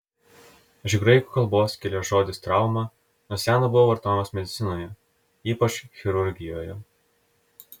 iš graikų kalbos kilęs žodis trauma nuo seno buvo vartojamas medicinoje ypač chirurgijoje